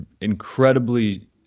incredibly